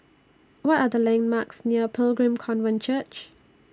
What Are The landmarks near Pilgrim Covenant Church